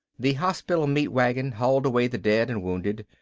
the hospital meat wagon hauled away the dead and wounded.